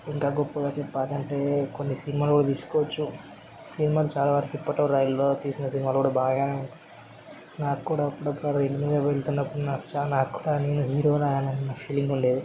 ఇంకా గొప్పగా చెప్పాలంటే కొన్ని సినిమాలు కూడా తీసుకోవచ్చు సినిమాలు చాలా వరకు ఇప్పట్లో రైల్లో తీసిన సినిమాలు కూడా బాగా నాకు కూడా అప్పుడప్పుడు ఆ ట్రైన్ మీద వెళ్లుతున్నపుడు నాకు చాలా నాకు కూడానేను హీరోనా అన్న చిన్న ఫీలింగ్ ఉండేది